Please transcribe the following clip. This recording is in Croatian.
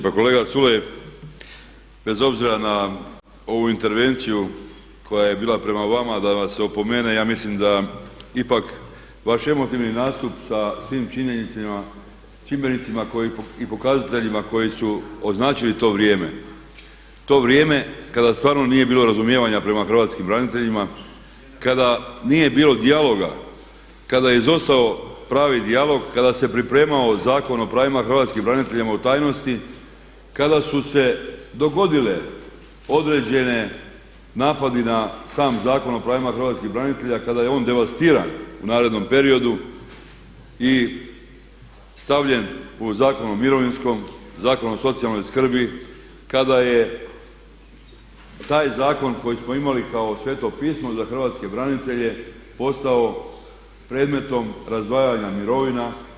Pa kolega Culej, bez obzira na ovu intervenciju koja je bila prema vama da vam se opomene ja mislim da ipak vaš emotivni nastup sa svim čimbenicima koji i pokazateljima koji su označili to vrijeme, to vrijeme kada stvarno nije bilo razumijevanja prema hrvatskim braniteljima, kada nije bilo dijaloga, kada je izostao pravi dijalog, kada se pripremao Zakon o pravima hrvatskih branitelja u tajnosti, kada su se dogodile određene napadi na sam Zakon o pravima hrvatskih branitelja, kada je on devastiran u narednom periodu i stavljen u Zakon o mirovinskom Zakon o socijalnoj skrbi kada je taj zakon koji smo imali kao sveto pismo za hrvatske branitelje postao predmetom razdvajanja mirovina.